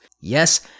Yes